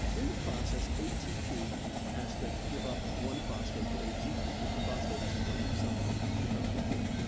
in the process, atp has to give up one phosphate to adp cause the phosphate had to come from somewhere, so it comes from here.